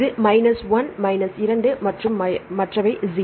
இது மைனஸ் 1 இது மைனஸ் 2 மற்றும் மற்றவை 0